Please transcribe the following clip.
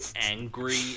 angry